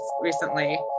recently